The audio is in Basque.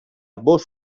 bost